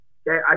okay